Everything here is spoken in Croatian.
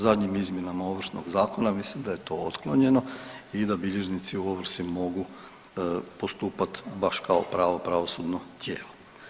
Zadnjim izmjenama Ovršnog zakona ja mislim da je to otklonjeno i da bilježnici u ovrsi mogu postupat baš kao pravo pravosudno tijelo.